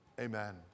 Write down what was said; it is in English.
amen